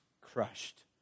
crushed